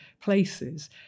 places